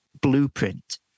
blueprint